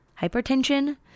hypertension